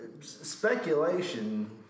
Speculation